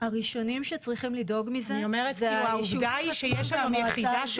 נוהל שגובש שצמודים לבית האב, יחידה להורים,